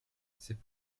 c’est